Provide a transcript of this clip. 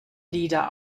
lieder